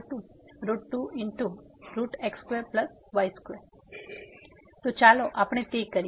તો ચાલો આપણે તે કરીએ